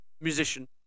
musician